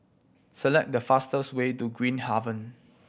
select the fastest way to Green Haven